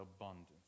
abundance